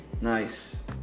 Nice